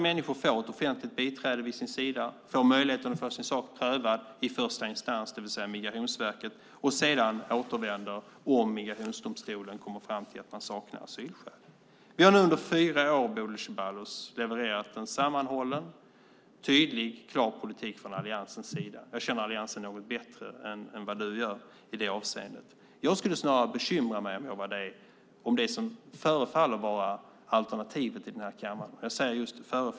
Människorna får ett offentligt biträde vid sin sida, får möjlighet att få sin sak prövad i första instans, det vill säga Migrationsverket, och återvänder sedan om migrationsdomstolen kommer fram till att de saknar asylskäl. Vi har nu under fyra år, Bodil Ceballos, levererat en sammanhållen, tydlig och klar politik från alliansens sida. Jag känner alliansen något bättre än vad du gör i det avseendet. Om jag vore du skulle jag snarare bekymra mig om det som förefaller vara alternativet i den här kammaren.